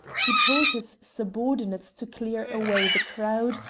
he told his subordinates to clear away the crowd,